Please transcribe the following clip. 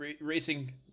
racing